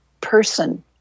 person